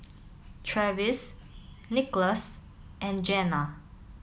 Travis Nicholas and Jenna